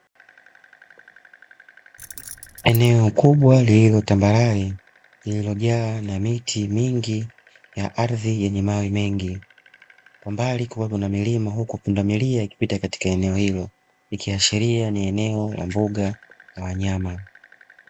Eneo kubwa lililo tambarare, lililojaa na miti mingi ya ardhi yenye mawe mengi. Kwa mbali kukiwa kuna milima huku pundamilia akipita katika eneo hilo, ikiashiria ni eneo la mbuga za wanyama.